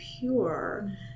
pure